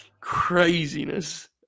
Craziness